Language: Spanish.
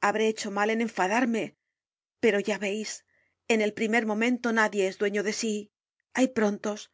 habré hecho mal en enfadarme pero ya veis en el primer momento nadie es dueño de sí hay prontos